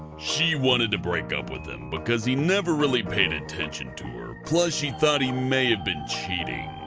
she wanted to break up with him because he never really paid attention to her, plus she thought he may have been cheating.